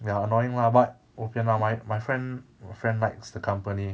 ya annoying lah but bo pian lah my my friend friend likes the company